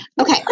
okay